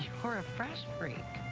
you're a fresh freak.